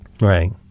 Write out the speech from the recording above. Right